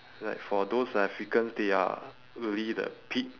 like for those africans they are really the peak